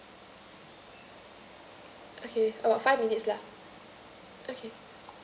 okay uh five minutes lah okay